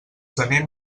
gener